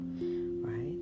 right